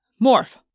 morph